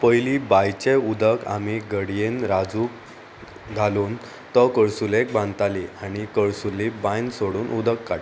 पयलीं बांयचें उदक आमी घडयेन राजूक घालून तो कळसुलेक बांदतालीं आनी कळसुली बांयद सोडून उदक काडटा